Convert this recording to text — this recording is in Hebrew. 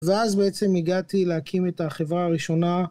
ואז בעצם הגעתי להקים את החברה הראשונה.